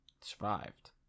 survived